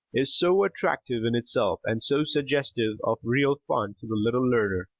is so attractive in itself and so suggestive of real fun to the little learner,